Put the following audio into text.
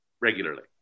regularly